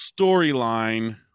storyline